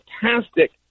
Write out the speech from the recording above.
fantastic